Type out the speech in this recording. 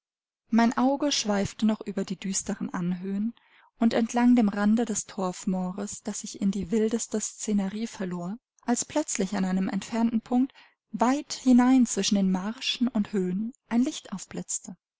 mein auge schweifte noch über die düsteren anhöhen und entlang dem rande des torfmoors das sich in die wildeste scenerie verlor als plötzlich an einem entfernten punkt weit hinein zwischen den marschen und höhen ein licht aufblitzte